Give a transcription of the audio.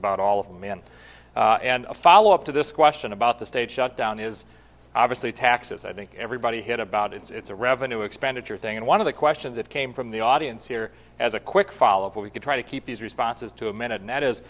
about all of the men and follow up to this question about the state shutdown is obviously taxes i think everybody hit about it's a revenue expenditure thing and one of the questions that came from the audience here as a quick follow up we could try to keep these responses to a minute and that is